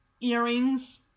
Earrings